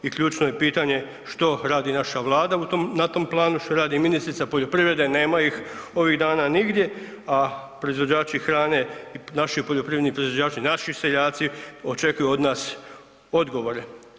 I ključno je pitanje što radi naša Vlada na tom planu, što radi ministrica poljoprivrede, nema ih ovih dana nigdje a proizvođači hrane i naši poljoprivredni proizvođači, naši seljaci očekuju od nas odgovore.